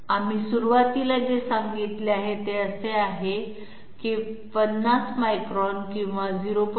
आम्ही सुरुवातीला जे सांगितले आहे ते असे आहे की 50 मायक्रॉन किंवा 0